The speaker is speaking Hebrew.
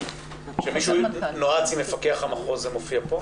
כשמישהו נועץ עם מפקח המחוז זה מופיע פה?